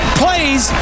plays